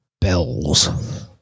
Bell's